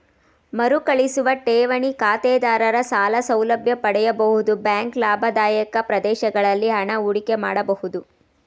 ಮರುಕಳಿಸುವ ಠೇವಣಿ ಖಾತೆದಾರರ ಸಾಲ ಸೌಲಭ್ಯ ಪಡೆಯಬಹುದು ಬ್ಯಾಂಕ್ ಲಾಭದಾಯಕ ಪ್ರದೇಶಗಳಲ್ಲಿ ಹಣ ಹೂಡಿಕೆ ಮಾಡಬಹುದು